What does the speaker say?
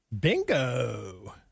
Bingo